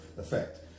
effect